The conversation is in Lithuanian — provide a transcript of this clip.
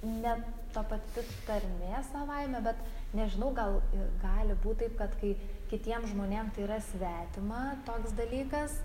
ne ta pati tarmė savaime bet nežinau gal ir gali būt taip kad kai kitiem žmonėm tai yra svetima toks dalykas